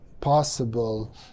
possible